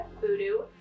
Voodoo